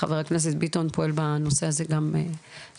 חבר הכנסת ביטון פועל בנושא הזה גם די